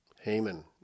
Haman